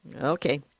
Okay